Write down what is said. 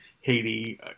Haiti